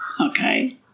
Okay